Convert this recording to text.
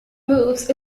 moves